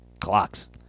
clocks